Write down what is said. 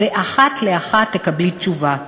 ואחת לאחת תקבלי תשובה.